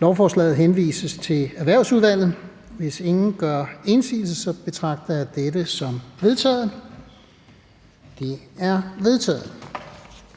lovforslaget henvises til Erhvervsudvalget. Hvis ingen gør indsigelse, betragter jeg dette som vedtaget. Det er vedtaget.